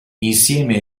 insieme